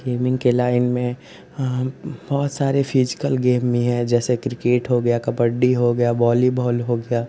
gaming के line में बहुत सारे फिज़िकल गेम भी हैं जैसे क्रिकेट हो गया कबड्डी हो गई बॉलीबॉल हो गया